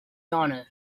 honor